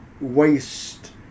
waste